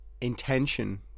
intention